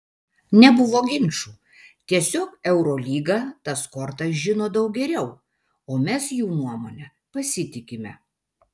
nebuvo ginčų tiesiog eurolyga tas kortas žino daug geriau o mes jų nuomone pasitikime